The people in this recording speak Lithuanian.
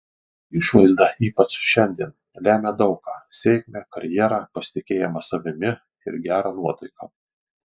išvaizda ypač šiandien lemia daug ką sėkmę karjerą pasitikėjimą savimi ir gerą nuotaiką